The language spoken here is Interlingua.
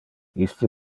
iste